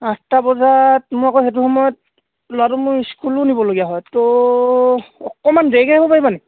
আঠটা বজাত মোৰ আকৌ সেইটো সময়ত ল'ৰাটো মোৰ স্কুলো নিবলগীয়া হয় ত' অকণমান দেৰিকৈ আহিবা পাৰিবানি